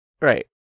Right